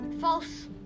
False